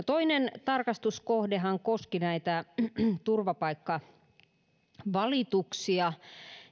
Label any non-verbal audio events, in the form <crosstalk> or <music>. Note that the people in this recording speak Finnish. <unintelligible> toinen tarkastuskohdehan koski näitä turvapaikkavalituksia